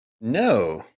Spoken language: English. No